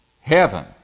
heaven